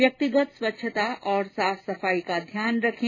व्यक्तिगत स्वच्छता और साफ सफाई का ध्यान रखें